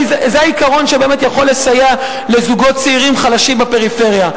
כי זה העיקרון שבאמת יכול לסייע לזוגות צעירים חלשים בפריפריה.